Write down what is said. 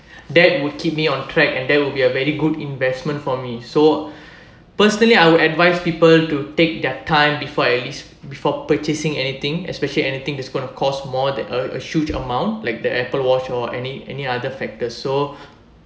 that would keep me on track and there will be a very good investment for me so personally I would advise people to take their time before at least before purchasing anything especially anything that's gonna cost more that a huge amount like the Apple watch or any any other factors so